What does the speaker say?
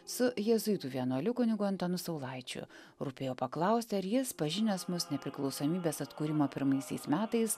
su jėzuitų vienuoliu kunigu antanu saulaičiu rūpėjo paklausti ar jis pažinęs mus nepriklausomybės atkūrimo pirmaisiais metais